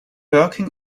working